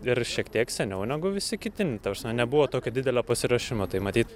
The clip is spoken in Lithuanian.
ir šiek tiek seniau negu visi kiti ta prasme nebuvo tokio didelio pasiruošimo tai matyt